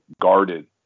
guarded